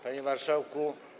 Panie Marszałku!